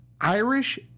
Irish